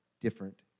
different